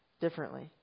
differently